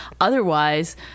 Otherwise